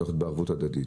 צריך להיות בערבות הדדית.